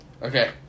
Okay